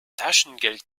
taschengeld